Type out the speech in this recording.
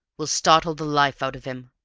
we'll startle the life out of him.